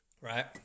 Right